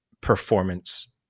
performance